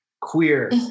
queer